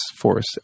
force